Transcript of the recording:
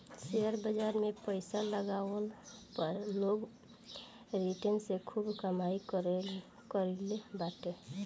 share बाजार में पईसा लगवला पअ लोग रिटर्न से खूब कमाई कईले बाटे